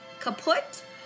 kaput